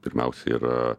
pirmiausia yra